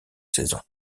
saison